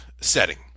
setting